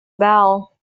bell